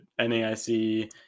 NAIC